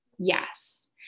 Yes